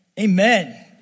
Amen